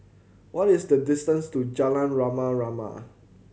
what is the distance to Jalan Rama Rama